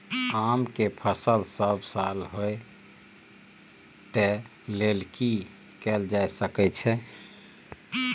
आम के फसल सब साल होय तै लेल की कैल जा सकै छै?